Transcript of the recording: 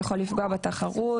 זה עלול לפגוע בתחרות,